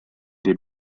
des